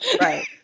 Right